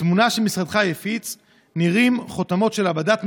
בתמונה שמשרדך הפיץ נראות חותמות של הבד"ץ,